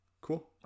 Cool